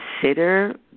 consider